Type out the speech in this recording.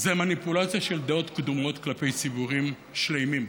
זו מניפולציה של דעות קדומות כלפי ציבורים שלמים.